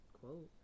quote